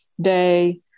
day